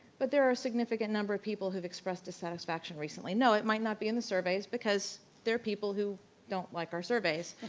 but there are a significant number of people who have expressed dissatisfaction recently. no, it might not be in the surveys because there are people who don't like our surveys.